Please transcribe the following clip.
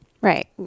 Right